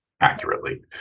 accurately